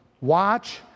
Watch